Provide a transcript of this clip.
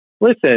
listen